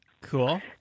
Cool